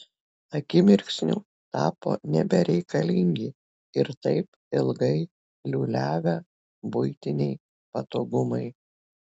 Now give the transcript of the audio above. akimirksniu tapo nebereikalingi ir taip ilgai liūliavę buitiniai patogumai